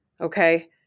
okay